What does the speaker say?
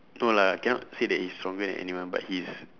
no lah cannot say that he's stronger than anyone but he's